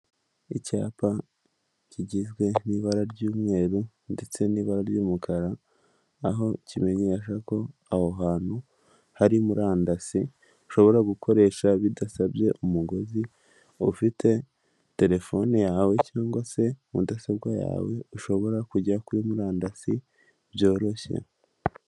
Icyapa kigizwe n'ibara ry'umweru ndetse n'ibara ry'umukara, aho kimenyesha ko aho hantu hari murandasi, ushobora gukoresha bidasabye umugozi. Ufite telefone yawe cyangwa se mudasobwa yawe ushobora kujya kuri murandasi byoroshye.